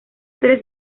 tres